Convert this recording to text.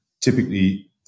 typically